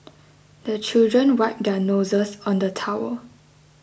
the children wipe their noses on the towel